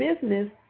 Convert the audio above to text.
business